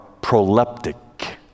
proleptic